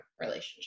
relationship